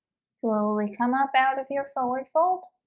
slowly come up out of your forward fold